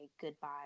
goodbye